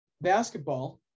basketball